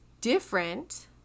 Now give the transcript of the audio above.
different